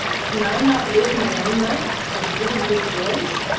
can i not live my own life as you have lived yours?